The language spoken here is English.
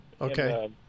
Okay